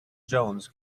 jones